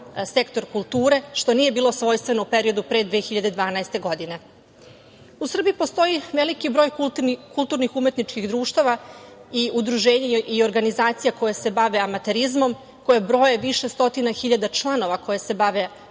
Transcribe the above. sektor kulture, što nije bilo svojstveno u periodu pre 2012. godine.U Srbiji postoji veliki broj kulturnih umetničkih društava i udruženja i organizacija koje se bave amaterizmom, koje broje više stotina hiljada članova koje se bave